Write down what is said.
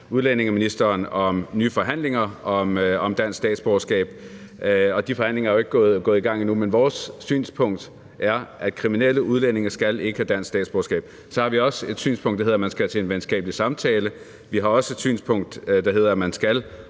udlændingeministeren om nye forhandlinger om dansk statsborgerskab, og de forhandlinger er jo ikke gået i gang endnu. Men vores synspunkt er, at kriminelle udlændinge ikke skal have dansk statsborgerskab. Så har vi også et synspunkt, der handler om, at man skal til en venskabelig samtale, vi har også et synspunkt, der handler om, at man skal